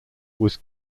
was